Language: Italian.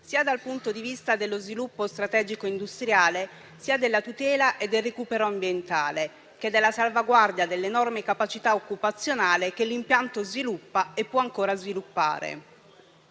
sia dal punto di vista dello sviluppo strategico industriale, sia della tutela e del recupero ambientale, che della salvaguardia dell'enorme capacità occupazionale che l'impianto sviluppa e può ancora sviluppare.